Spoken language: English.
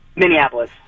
Minneapolis